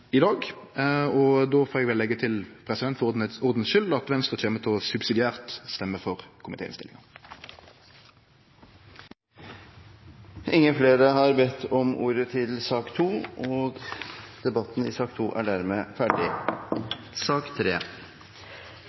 i dag, og då får eg vel leggje til for ordens skyld at Venstre kjem subsidiært til å stemme for komitéinnstillinga. Flere har ikke bedt om ordet til sak